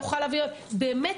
באמת,